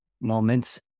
moments